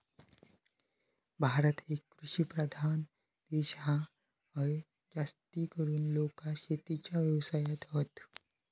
भारत एक कृषि प्रधान देश हा, हय जास्तीकरून लोका शेतीच्या व्यवसायात हत